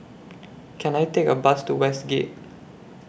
Can I Take A Bus to Westgate